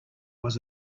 was